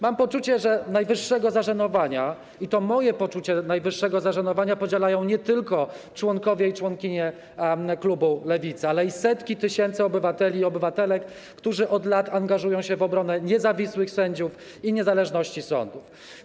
Mam poczucie najwyższego zażenowania i to moje poczucie najwyższego zażenowania podzielają nie tylko członkowie i członkinie klubu Lewicy, ale i setki tysięcy obywateli i obywatelek, którzy od lat angażują się w obronę niezawisłych sędziów i niezależności sądów.